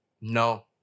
No